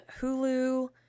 Hulu